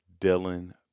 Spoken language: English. Dylan